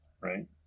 right